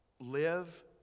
live